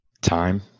Time